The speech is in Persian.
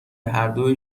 هردو